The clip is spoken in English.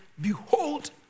behold